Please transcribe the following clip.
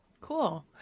Cool